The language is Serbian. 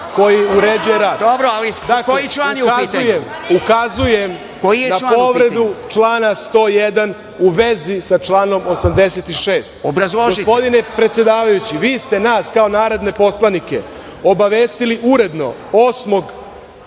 koji uređuje rad.(Predsedavajući: Koji član je u pitanju?)Ukazujem na povredu člana 101. u vezi sa članom 86.(Predsedavajući: Obrazložite.)Gospodine predsedavajući, vi ste nas kao narodne poslanike obavestili uredno 8.